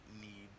need